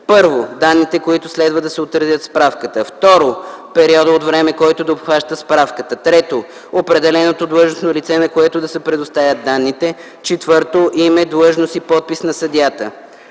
1. данните, които следва да се отразят в справката; 2. периода от време, който да обхваща справката; 3. определеното длъжностно лице, на което да се предоставят данните; 4. име, длъжност и подпис на съдията.